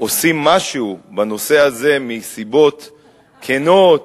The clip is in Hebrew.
עושים משהו בנושא הזה מסיבות כנות,